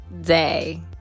day